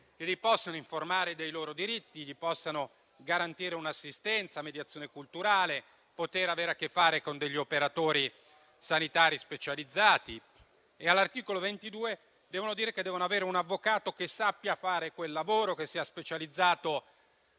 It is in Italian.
che li possano informare dei loro diritti e garantire loro un'assistenza e una mediazione culturale, devono poter avere a che fare con degli operatori sanitari specializzati. All'articolo 22 dice poi che devono avere un avvocato che sappia fare quel lavoro, che sia specializzato